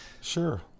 Sure